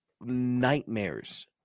nightmares